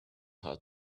how